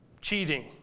cheating